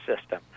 system